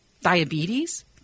diabetes